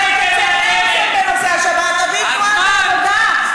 אבי תנועת העבודה.